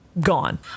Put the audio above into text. gone